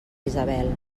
isabel